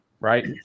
right